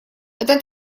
это